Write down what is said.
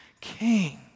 king